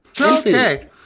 Okay